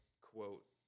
quote